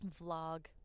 vlog